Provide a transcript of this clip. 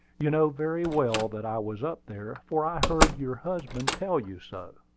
you know very well that i was up there for i heard your husband tell you so.